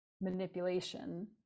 manipulation